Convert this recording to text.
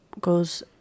goes